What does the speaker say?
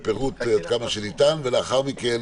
בפירוט עד כמה שניתן, ולאחר מכן